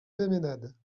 peymeinade